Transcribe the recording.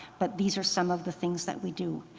but these are some of the things that we do.